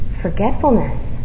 forgetfulness